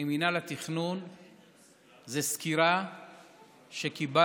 עם מינהל התכנון זה סקירה שקיבלנו